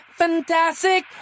fantastic